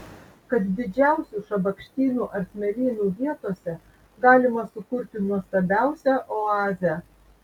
kad didžiausių šabakštynų ar smėlynų vietose galima sukurti nuostabiausią oazę